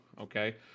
okay